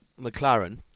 McLaren